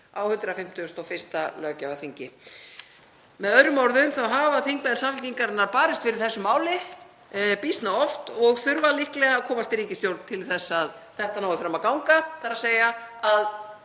á 151. löggjafarþingi. Með öðrum orðum þá hafa þingmenn Samfylkingarinnar barist fyrir þessu máli býsna oft og þurfa líklega að komast í ríkisstjórn til að þetta nái fram að ganga, þ.e. að gerð